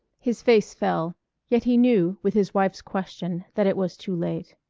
his face fell yet he knew, with his wife's question, that it was too late.